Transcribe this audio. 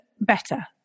better